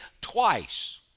twice